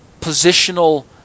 positional